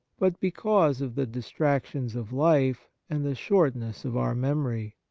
but because of the distractions of life and the shortness of our memory.